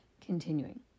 Continuing